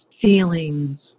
feelings